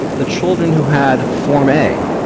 the children who had form a,